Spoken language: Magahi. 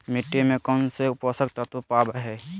मिट्टी में कौन से पोषक तत्व पावय हैय?